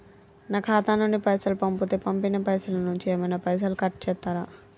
నా ఖాతా నుండి పైసలు పంపుతే పంపిన పైసల నుంచి ఏమైనా పైసలు కట్ చేత్తరా?